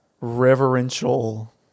reverential